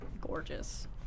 gorgeous